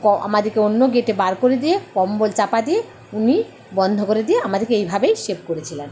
ক আমাদেরকে অন্য গেটে বার করে দিয়ে কম্বল চাপা দিয়ে উনি বন্ধ করে দিয়ে আমাদেরকে এইভাবেই সেভ করেছিলেন